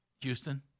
Houston